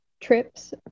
trips